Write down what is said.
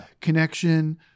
connection